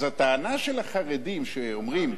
אז הטענה של החרדים שאומרים,